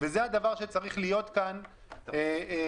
וזה הדבר שצריך להיות כאן לכולם,